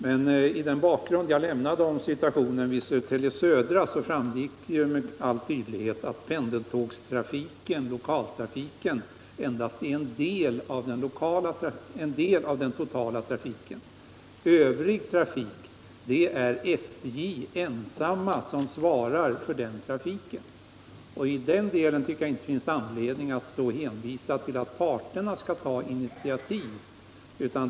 Av den bakgrund som jag tecknade av situationen vid Södertälje Södra framgick tydligt att lokaltrafiken endast är en del av den totala trafiken. För övrig trafik svarar SJ ensam. I den delen finns det inte anledning att hänvisa till att parterna skall ta initiativ.